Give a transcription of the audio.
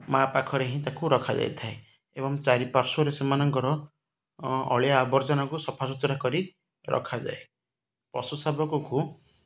ମାଆ ପାଖରେ ହିଁ ତାକୁ ରଖାଯାଇଥାଏ ଏବଂ ଚାରି ପାର୍ଶ୍ୱରେ ସେମାନଙ୍କର ଅଳିଆ ଆବର୍ଜନାକୁ ସଫା ସୁୁତୁରା କରି ରଖାଯାଏ ପଶୁ ଶାବକକୁ